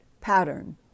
pattern